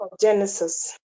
Genesis